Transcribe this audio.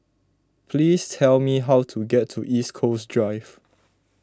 please tell me how to get to East Coast Drive